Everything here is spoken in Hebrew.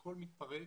כשהכול מתפרק,